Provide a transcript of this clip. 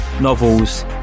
novels